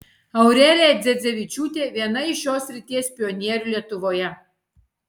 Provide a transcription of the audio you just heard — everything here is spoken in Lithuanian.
aurelija dzedzevičiūtė viena iš šios srities pionierių lietuvoje